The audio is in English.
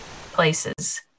places